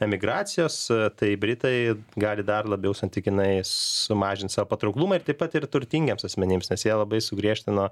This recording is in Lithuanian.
emigracijos tai britai gali dar labiau santykinai sumažinti savo patrauklumą ir taip pat ir turtingiems asmenims nes jie labai sugriežtino